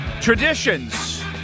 Traditions